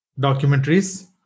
Documentaries